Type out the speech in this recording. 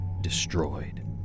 destroyed